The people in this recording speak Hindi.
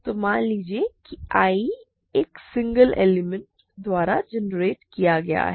तो मान लीजिए कि I एक सिंगल एलिमेंट द्वारा जेनेरेट किया गया है